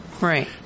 Right